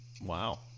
Wow